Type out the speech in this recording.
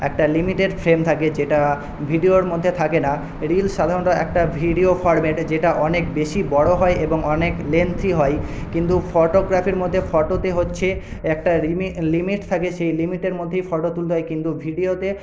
একটা limited frame থাকে যেটা ভিডিওর মধ্যে থাকে না রিলস সাধারণত একটা ভিডিও ফর্ম্যাটের যেটি অনেক বেশী বড়ো হয় এবং অনেক লেন্দি হয় কিন্তু ফটোগ্রাফির মধ্যে ফটোতে হচ্ছে একটা লিমিট থাকে সেই লিমিটের মধ্যে ফটো তুলতে হয় কিন্তু ভিডিওতে